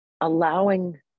allowing